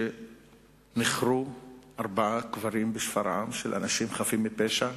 שנכרו ארבעה קברים של אנשים חפים מפשע,